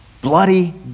Bloody